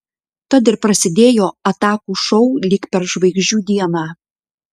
tad ir prasidėjo atakų šou lyg per žvaigždžių dieną